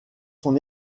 son